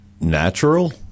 natural